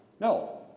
No